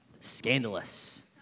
Scandalous